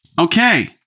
Okay